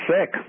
sick